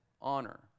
honor